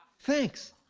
thanks.